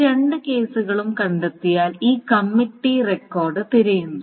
ഈ രണ്ട് കേസുകളും കണ്ടെത്തിയാൽ ഈ കമ്മിറ്റ് ടി റെക്കോർഡ് തിരയുന്നു